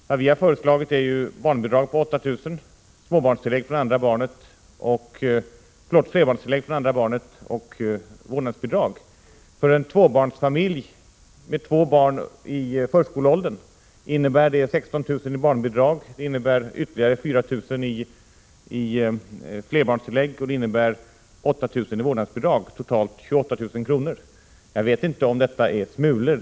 Vad vi har föreslagit är ett barnbidrag på 8 000 kr., flerbarnstillägg från det andra barnet och vårdnadsbidrag. För en familj med två barn i förskoleåldern innebär det 16 000 kr. i barnbidrag, 4 000 kr. i flerbarnstillägg och 8 000 kr. i vårdnadsbidrag. Det är totalt 28 000 kr. Jag vet inte om detta är smulor.